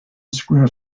square